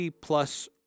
Plus